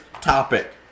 topic